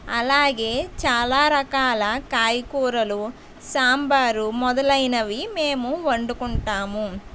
అలాగే చాలా రకాల కాయగూరలు సాంబారు మొదలైనవి మేము వండుకుంటాము